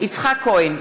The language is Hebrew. יצחק כהן,